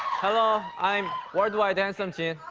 hello, i'm where do i dance? i'm jin.